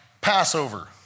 Passover